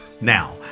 now